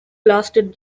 lasted